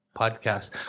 podcast